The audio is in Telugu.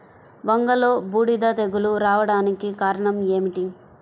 వంగలో బూడిద తెగులు రావడానికి కారణం ఏమిటి?